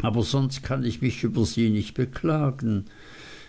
aber sonst kann ich mich über sie nicht beklagen